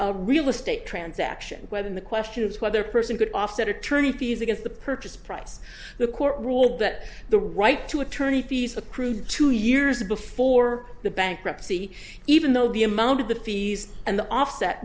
a real estate transaction whether the question is whether person could offset attorney fees against the purchase price the court ruled that the right to attorney fees accrued two years before the bankruptcy even though the amount of the fees and the offset